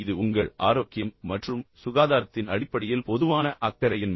இது உங்கள் ஆரோக்கியம் மற்றும் சுகாதாரத்தின் அடிப்படையில் பொதுவான அக்கறையின்மை